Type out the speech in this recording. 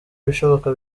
ibishoboka